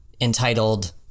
entitled